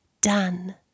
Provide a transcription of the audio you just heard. done